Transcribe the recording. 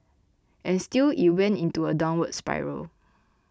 and still it went into a downward spiral